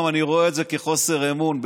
אני רואה את זה כחוסר אמון,